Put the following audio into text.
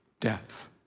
death